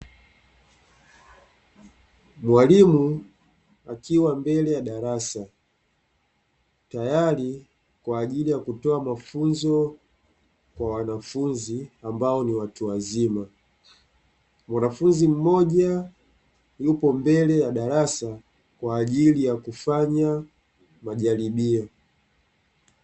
Mwalimu akiwa mbele ya darasa, tayari kwa ajili ya kutoa mafunzo kwa wanafunzi ambao ni watu wazima. Mwanafunzi mmoja yupo mbele ya darasa kwa ajili ya kufanya majaribio.